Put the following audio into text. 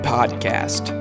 Podcast